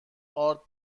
ارد